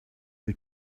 who